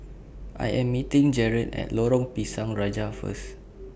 I Am meeting Jarett At Lorong Pisang Raja First